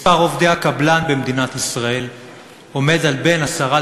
מספר עובדי הקבלן במדינת ישראל עומד על בין 10%